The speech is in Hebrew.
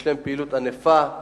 יש להם פעילות ענפה,